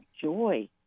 joy